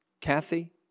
Kathy